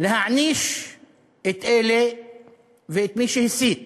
להעניש את אלה ואת מי שהסית